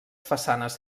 façanes